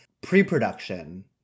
pre-production